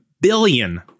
billion